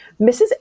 Mrs